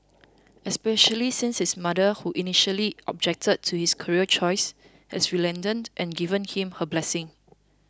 especially since his mother who initially objected to his career choice has relented and given him her blessings